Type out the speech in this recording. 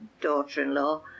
daughter-in-law